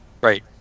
Right